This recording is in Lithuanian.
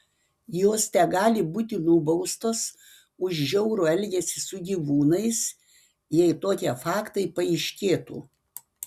jos tegali būti nubaustos už žiaurų elgesį su gyvūnais jei tokie faktai paaiškėtų